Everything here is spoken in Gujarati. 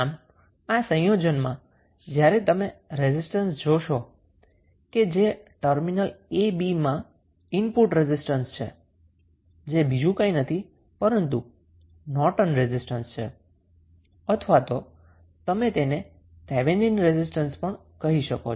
આમ આ સંયોજનમાં જ્યારે તમે રેઝિસ્ટન્સ જોશો જે ટર્મિનલ a b માં ઇનપુટ રેઝિસ્ટન્સ છે જે બીજું કંઈ નથી પરંતુ નોર્ટન રેઝિસ્ટન્સ છે અથવા તો તમે તેને થેવેનિન રેઝિસ્ટન્સ પણ કહી શકો